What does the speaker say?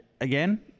again